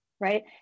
right